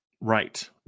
Right